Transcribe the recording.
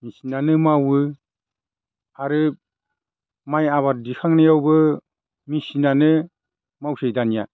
मेसिनानो मावो आरो माइ आबाद दिखांनायावबो मेसिनानो मावोसै दानिया